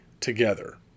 together